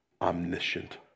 omniscient